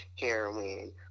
heroin